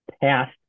past